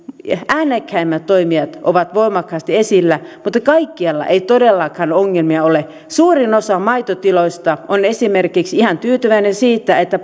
äänekkäimmät toimijat ovat voimakkaasti esillä mutta kaikkialla ei todellakaan ongelmia ole suurin osa maitotiloista on esimerkiksi ihan tyytyväisiä siitä että